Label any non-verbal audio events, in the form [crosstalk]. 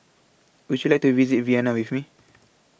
Would YOU like to visit Vienna with Me [noise]